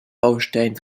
baustein